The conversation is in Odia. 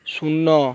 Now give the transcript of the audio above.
ଶୂନ